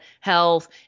health